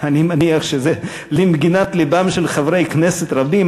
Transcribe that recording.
אני מניח שזה למגינת לבם של חברי כנסת רבים,